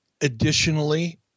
Additionally